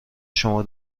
شما